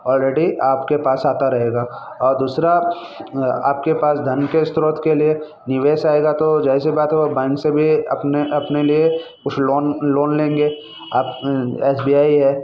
already आपके पास आता रहेगा और दूसरा आपके पास धन के स्रोत के लिए निवेश आएगा तो ज़ाहिर सी बात है वह बैंक से भी अपने अपने लिए कुछ लॉन लॉन लेंगे आप एस बी आई है